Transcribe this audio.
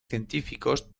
científicos